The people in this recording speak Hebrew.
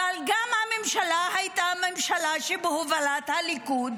אבל הממשלה הייתה בהובלת הליכוד,